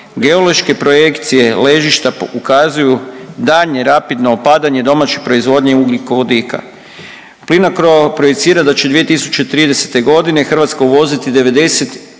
Geološke projekcije ležišta ukazuju daljnje rapidno opadanje domaće proizvodnje ugljikovodika. Plinacro projecira da će 2030. g. Hrvatska uvoziti 96%